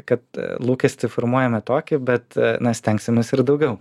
kad lūkestį formuojame tokį bet na stengsimės ir daugiau